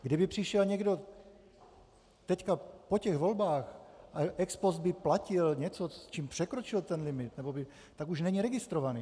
Kdyby přišel někdo teď po těch volbách a ex post by platil něco, s čím překročil ten limit, tak už není registrovaný.